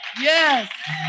yes